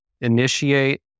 initiate